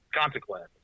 consequence